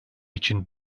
için